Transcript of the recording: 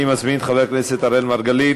אני מזמין את חבר הכנסת אראל מרגלית,